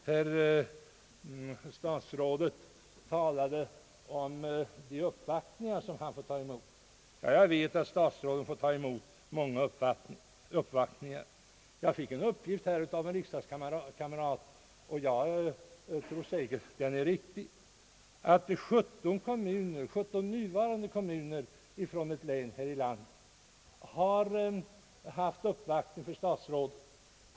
Herr statsrådet Lundkvist talade om de uppvaktningar som han fått ta emot, och jag vet att statsrådet fått ta emot många uppvaktningar. Jag har emellertid av en riksdagskollega fått den uppgiften — och jag tror säkert att den är riktig — att representanter för 17 nuvarande kommuner från ett län i landet gjort uppvaktningar hos statsrådet.